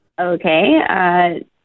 Okay